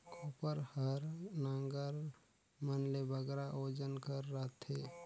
कोपर हर नांगर मन ले बगरा ओजन कर रहथे